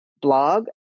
blog